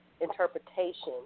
interpretation